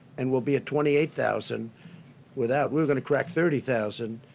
and we'll be at twenty eight thousand without. we were going to crack thirty thousand.